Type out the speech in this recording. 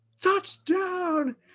Touchdown